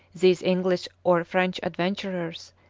these english or french adventurers,